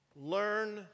Learn